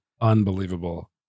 unbelievable